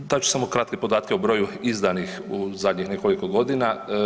Dat ću samo kratke podatke o broju izdanih u zadnjih nekoliko godina.